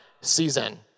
season